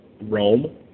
Rome